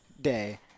day